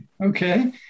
Okay